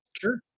sure